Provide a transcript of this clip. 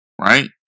Right